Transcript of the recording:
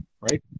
right